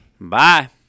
Bye